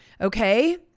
okay